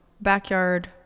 Backyard